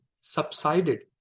subsided